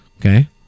okay